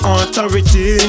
Authority